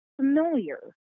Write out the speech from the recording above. familiar